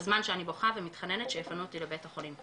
בזמן שאני בוכה ומתחננת שיפנו אותי לבית החולים,